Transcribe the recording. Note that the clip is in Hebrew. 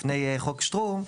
לפני "חוק שטרום",